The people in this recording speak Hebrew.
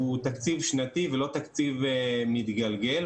שהוא תקציב שנתי ולא תקציב מתגלגל.